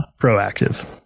proactive